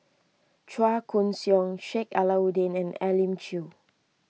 Chua Koon Siong Sheik Alau'ddin and Elim Chew